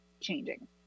changing